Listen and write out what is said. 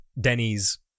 Denny's